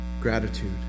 gratitude